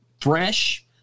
fresh